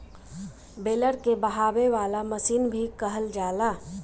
baler के बहावे वाला मशीन भी कहल जाला